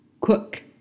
cook